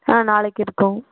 ஆ நாளைக்கு இருக்கும்